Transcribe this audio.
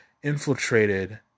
Infiltrated